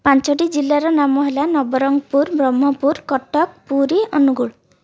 ପାଞ୍ଚଟି ଜିଲ୍ଲାର ନାମ ହେଲା ନବରଙ୍ଗପୁର ବ୍ରହ୍ମପୁର କଟକ ପୁରୀ ଅନୁଗୁଳ